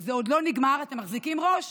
זה עוד לא נגמר, אתם מחזיקים ראש?